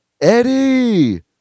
Eddie